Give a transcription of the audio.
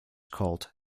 called